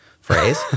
phrase